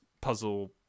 puzzle